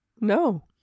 No